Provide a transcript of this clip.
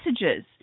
messages